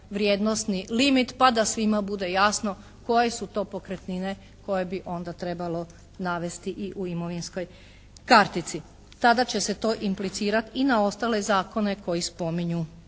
vrijednosni limit pa da svima bude jasno koje su to pokretnine koje bi onda trebalo navesti i u imovinskoj kartici. Tada će se to implicirati i na ostale zakone koji spominju